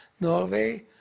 Norway